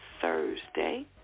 Thursday